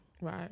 Right